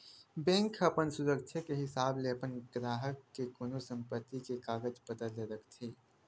bank ह अपन सुरक्छा के हिसाब ले अपन गराहक के कोनो संपत्ति के कागज पतर ल रखथे